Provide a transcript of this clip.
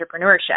entrepreneurship